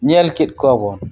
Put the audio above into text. ᱧᱮᱞ ᱠᱮᱫ ᱠᱚᱣᱟ ᱵᱚᱱ